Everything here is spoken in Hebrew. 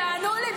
תענו לי.